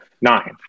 nine